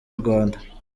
rwanda